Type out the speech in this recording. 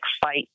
fight